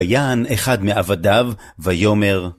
ויען אחד מעבדיו, ויאמר